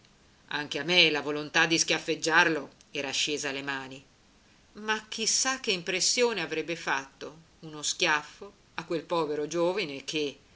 anche a me la volontà di schiaffeggiarlo era scesa alle mani ma chi sa che impressione avrebbe fatto uno schiaffo a qual povero giovine che